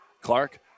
Clark